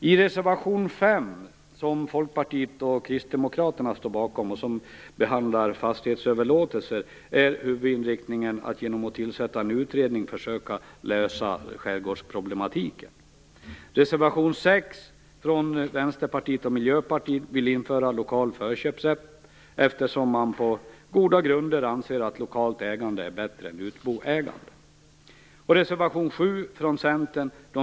I reservation 5, som Folkpartiet och Kristdemokraterna står bakom och som behandlar fastighetsöverlåtelser, är huvudinriktningen att genom att tillsätta en utredning försöka lösa skärgårdsproblematiken. I reservation 6 från Vänsterpartiet och Miljöpartiet vill man införa lokal förköpsrätt, eftersom man på goda grunder anser att lokalt ägande är bättre än utboägande.